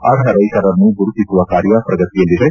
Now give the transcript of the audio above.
ಅರ್ಹ ರೈತರನ್ನು ಗುರುತಿಸುವ ಕಾರ್ಯ ಪ್ರಗತಿಯಲ್ಲಿದೆ